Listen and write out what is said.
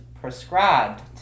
prescribed